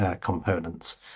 components